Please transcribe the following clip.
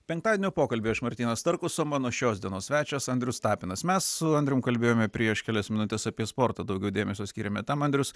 penktadienio pokalbyje aš martynas starkus o mano šios dienos svečias andrius tapinas mes su andrium kalbėjome prieš kelias minutes apie sportą daugiau dėmesio skiriame tam andrius